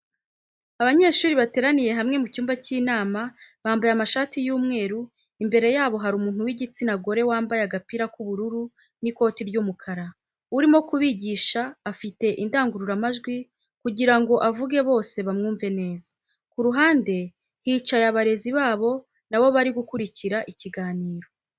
Abanyeshuri bateraniye hamwe mu cyumba cy'inama bambaye amashati y'umweru, imbere yabo hari umuntu w'igitsina gore wambaye agapira k'ubururu n'ikoti ry'umukara, urimo kubigisha afite indangururamajwi kugira ngo avuge bose bamwumve neza. Ku ruhande hicaye abarezi babo na bo bari gukurikira ikiganiro.